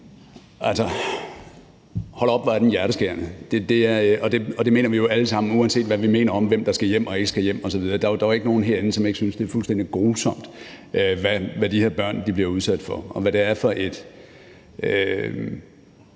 hold op, hvor er den hjerteskærende. Og det mener vi jo alle sammen, uanset hvad vi mener om, hvem der skal hjem og ikke skal hjem osv. Der er jo ikke nogen herinde, som ikke synes, at det er fuldstændig grusomt, hvad de her børn bliver udsat for, og hvad det er for et